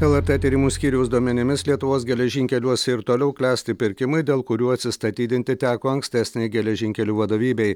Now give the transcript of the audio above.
lrt tyrimų skyriaus duomenimis lietuvos geležinkeliuose ir toliau klesti pirkimai dėl kurių atsistatydinti teko ankstesnei geležinkelių vadovybei